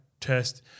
test